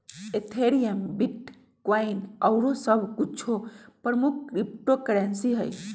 Ethereum, bitcoin आउरो सभ कुछो प्रमुख क्रिप्टो करेंसी हइ